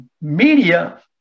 media